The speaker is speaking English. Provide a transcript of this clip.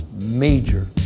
major